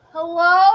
Hello